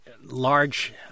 large